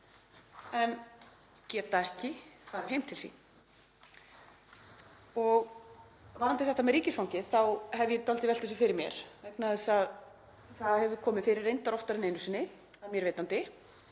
en geta ekki farið heim til sín. Varðandi þetta með ríkisfangið þá hef ég dálítið velt þessu fyrir mér. Það hefur komið fyrir, reyndar oftar en einu sinni, að mér vitandi,